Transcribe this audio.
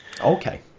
Okay